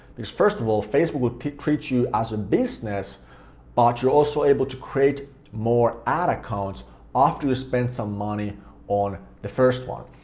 because, first of all, facebook will treat treat you as a business but you're also able to create more ad accounts after you spend some money on the first one.